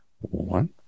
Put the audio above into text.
one